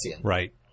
Right